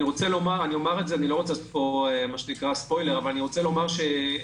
אני לא רוצה לעשות פה ספוילר אבל אני רוצה לומר שחלק